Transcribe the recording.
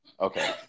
Okay